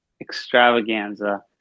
extravaganza